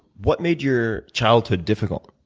what made your childhood difficult?